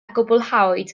gwblhawyd